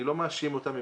אני לא מאשים אותם.